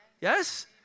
Yes